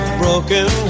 broken